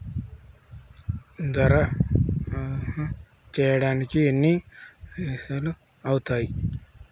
దరఖాస్తు చేయడానికి ఎన్ని పైసలు అవుతయీ?